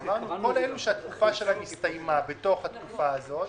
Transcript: אמרנו כל אלו שהתקופה שלהם הסתיימה בתוך התקופה הזאת,